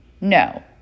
no